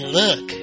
look